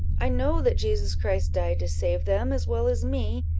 i know that jesus christ died to save them as well as me,